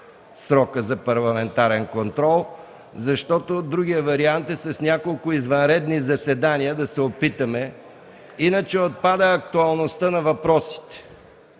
времето за парламентарен контрол, защото другият вариант е с няколко извънредни заседания да се опитаме да наваксаме, иначе отпада актуалността на въпросите.